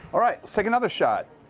all right, let's take another shot.